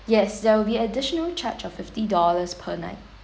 yes there will be additional charge of fifty dollars per night